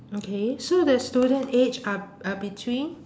okay so the student age are are between